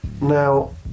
Now